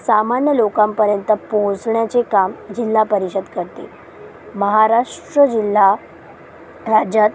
सामान्य लोकांपर्यंत पोचण्याचे काम जिल्हा परिषद करते माहाराष्ट्र जिल्हा राज्यात